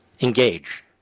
engage